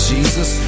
Jesus